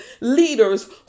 leaders